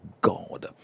God